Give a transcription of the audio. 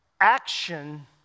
action